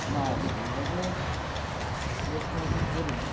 না সেইভাবে রেস কোনো দিন করিনি